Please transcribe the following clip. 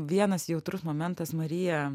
vienas jautrus momentas marija